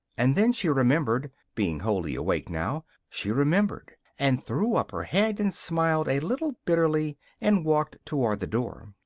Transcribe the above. and then she remembered, being wholly awake now she remembered, and threw up her head and smiled a little bitterly and walked toward the door.